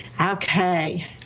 Okay